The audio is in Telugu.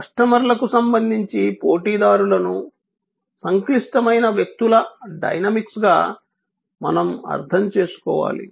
కస్టమర్లకు సంబంధించి పోటీదారులను సంక్లిష్టమైన వ్యక్తుల డైనమిక్స్గా మనం అర్థం చేసుకోవాలి